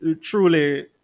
truly